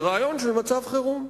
של רעיון של מצב החירום.